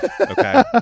okay